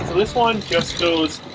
this one just goes